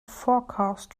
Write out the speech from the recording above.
forecast